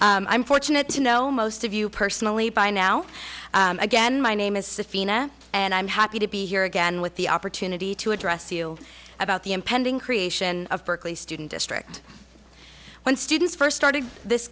i'm fortunate to know most of you personally by now again my name is safina and i'm happy to be here again with the opportunity to address you about the impending creation of berkeley student district when students first started this